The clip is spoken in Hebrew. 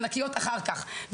ענקיות אחר כך.